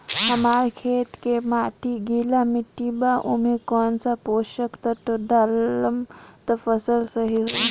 हमार खेत के माटी गीली मिट्टी बा ओमे कौन सा पोशक तत्व डालम त फसल सही होई?